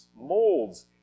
molds